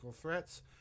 threats